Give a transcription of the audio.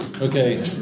Okay